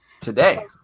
Today